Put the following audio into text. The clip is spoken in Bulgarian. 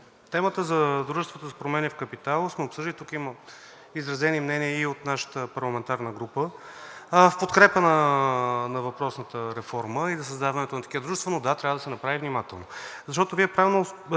темата за дружествата – за промени в капитала, сме обсъдили, тук има изразени мнения и от нашата парламентарна група в подкрепа на въпросната реформа и за създаването на такива дружества, но, да, трябва да се направи внимателно. Защото Вие правилно